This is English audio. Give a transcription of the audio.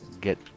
get